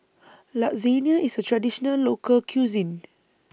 Lasagne IS A Traditional Local Cuisine